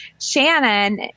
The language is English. Shannon